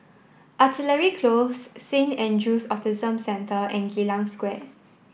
artillery close Saint Andrew's Autism Centre and Geylang Square